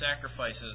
sacrifices